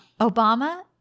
Obama